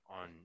on